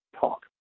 talk